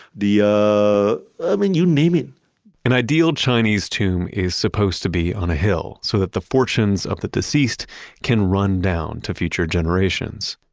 ah ah i mean you name it an ideal chinese tomb is supposed to be on a hill so that the fortunes of the deceased can run down to future generations.